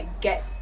get